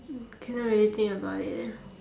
um cannot really think about it eh